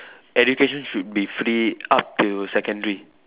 education should be free up till secondary